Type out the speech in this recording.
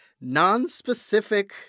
non-specific